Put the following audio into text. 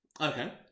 Okay